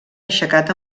aixecat